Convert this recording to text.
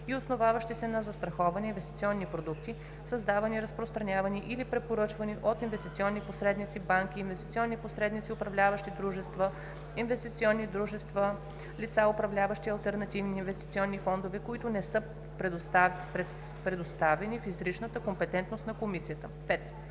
и основаващи се на застраховане инвестиционни продукти, създавани, разпространявани или препоръчвани от инвестиционни посредници, банки – инвестиционни посредници, управляващи дружества, инвестиционни дружества, лица, управляващи алтернативни инвестиционни фондове, които не са предоставени в изричната компетентност на комисията;” 5.